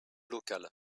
locale